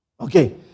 Okay